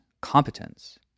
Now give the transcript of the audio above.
competence